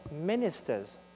ministers